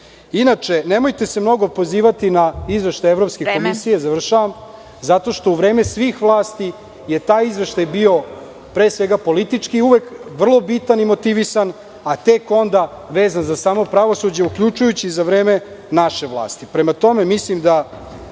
Inače, nemojte se mnogo pozivati na izveštaj Evropske komisije, zato što u vreme svih vlasti je taj izveštaj bio, pre svega politički, vrlo bitan i motivisan, a tek onda vezan za samo pravosuđe, uključujući za vreme naše vlasti. Prema tome, mislim da